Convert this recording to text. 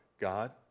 God